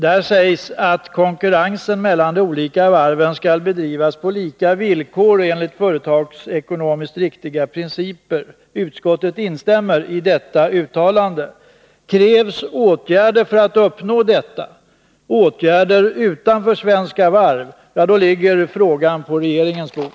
Där sägs att ”konkurrensen mellan de olika varven skall bedrivas på lika villkor och enligt företagsekonomiskt riktiga principer”. Utskottet instämmer alltså i detta uttalande. Krävs åtgärder utanför Svenska Varv för att uppnå detta, då ligger frågan på regeringens bord.